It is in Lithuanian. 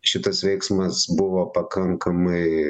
šitas veiksmas buvo pakankamai